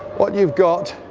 what you've got